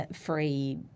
free